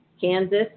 Kansas